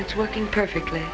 it's working perfectly